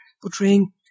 portraying